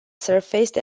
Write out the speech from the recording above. surfaced